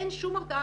אין שום הרתעה,